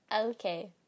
Okay